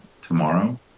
tomorrow